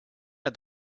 der